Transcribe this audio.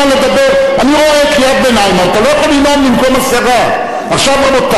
שלה עומדת ומסבירה לעולם מה קרה בבחירות שם.